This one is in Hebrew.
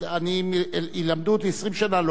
לא אגיע לרמה שהם עושים את זה היום.